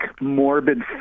morbid